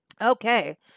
Okay